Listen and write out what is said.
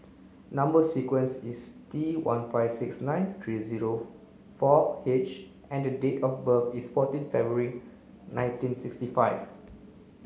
number sequence is T one five six nine three zero four H and date of birth is fourteen February nineteen sixty five